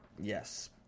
Yes